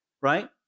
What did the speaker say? right